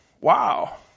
Wow